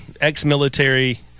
ex-military